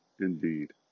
indeed